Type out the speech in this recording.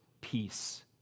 peace